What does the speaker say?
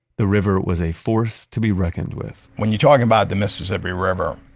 the river was a force to be reckoned with when you're talking about the mississippi river,